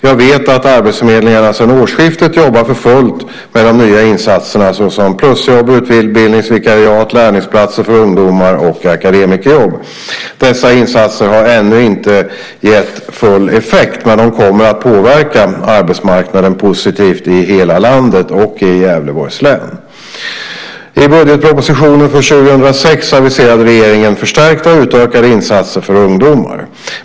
Jag vet att arbetsförmedlingarna sedan årsskiftet jobbar för fullt med de nya insatserna såsom plusjobb, utbildningsvikariat, lärlingsplatser för ungdomar och akademikerjobb. Dessa insatser har ännu inte gett full effekt, men de kommer att påverka arbetsmarknaden positivt i hela landet och i Gävleborgs län. I budgetpropositionen för 2006 aviserade regeringen förstärkta och utökade insatser för ungdomar.